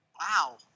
Wow